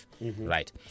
Right